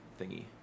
thingy